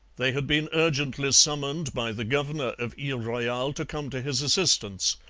they had been urgently summoned by the governor of ile royale to come to his assistance,